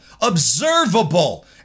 observable